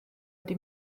wedi